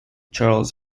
charles